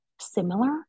similar